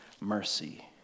mercy